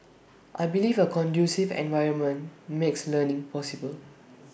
I believe A conducive environment makes learning possible